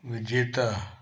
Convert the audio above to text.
विजेता